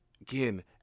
again